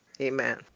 Amen